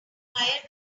fire